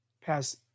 pass